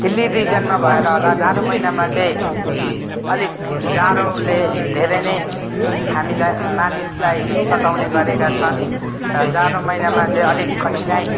hilly रिजनमा भएर होला जाडो महिनामा चाहिँ अलिक जाडोले हामीलाई मानिसलाई सताउने गरेका छन् र जाडो महिनामा चाहिँ अलिक कठिनै